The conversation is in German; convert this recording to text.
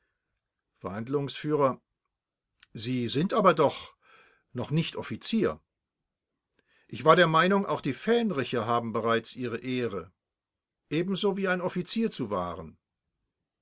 verhandlungsf sie sind doch aber noch nicht offizier ich war der meinung auch die fähnriche haben bereits ihre ehre ebenso wie ein offizier zu wahren